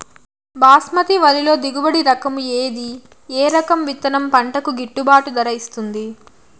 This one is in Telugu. బాస్మతి వరిలో దిగుబడి రకము ఏది ఏ రకము విత్తనం పంటకు గిట్టుబాటు ధర ఇస్తుంది